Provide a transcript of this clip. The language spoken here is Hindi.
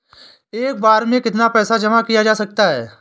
एक बार में कितना पैसा जमा किया जा सकता है?